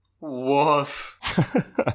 woof